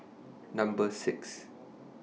Number six